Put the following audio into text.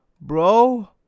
Bro